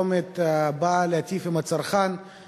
הצעת חוק התקשורת שעולה להצבעה טרומית באה להיטיב עם הצרכן כאשר